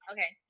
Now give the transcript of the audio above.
Okay